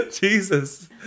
Jesus